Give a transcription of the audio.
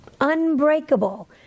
unbreakable